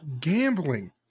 gambling